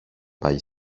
πάλι